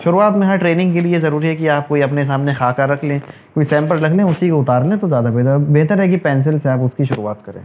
شروعات میں ہر ٹریننگ کے لیے ضروری ہے کہ آپ کوئی اپنے سامنے خاکا رکھ لیں کوئی سیمپل رکھ لیں اسی کو اتار لیں تو زیادہ بہتر اور بہتر ہے کہ پینسل سے آپ اس کی شروعات کریں